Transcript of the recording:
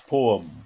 Poem